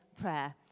prayer